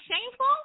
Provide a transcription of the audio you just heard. shameful